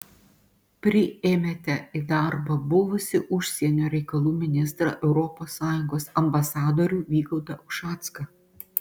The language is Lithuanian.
priėmėte į darbą buvusį užsienio reikalų ministrą europos sąjungos ambasadorių vygaudą ušacką